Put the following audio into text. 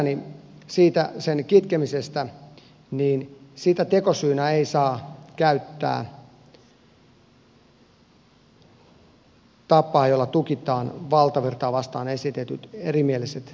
kuitenkaan kun puhutaan vihapuheen kitkemisestä siihen tekosyynä ei saa käyttää tapaa jolla tukitaan valtavirtaa vastaan esitetyt erimieliset mielipiteet